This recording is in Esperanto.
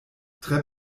tre